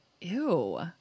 Ew